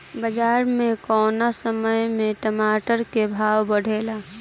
बाजार मे कौना समय मे टमाटर के भाव बढ़ेले?